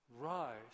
Rise